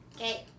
Okay